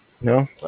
No